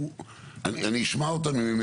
אני אשמע אותם אם הם